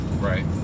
Right